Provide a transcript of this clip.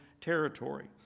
territory